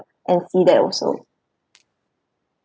and see that also